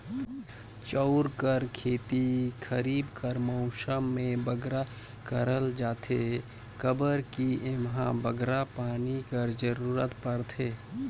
चाँउर कर खेती खरीब कर मउसम में बगरा करल जाथे काबर कि एम्हां बगरा पानी कर जरूरत परथे